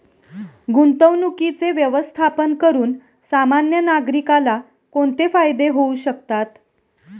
गुंतवणुकीचे व्यवस्थापन करून सामान्य नागरिकाला कोणते फायदे होऊ शकतात?